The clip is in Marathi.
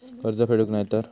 कर्ज फेडूक नाय तर?